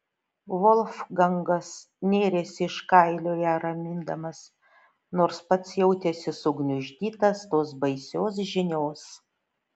volfgangas nėrėsi iš kailio ją ramindamas nors pats jautėsi sugniuždytas tos baisios žinios